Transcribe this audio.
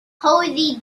posey